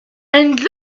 and